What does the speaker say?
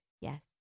yes